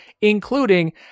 including